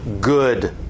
good